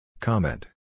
Comment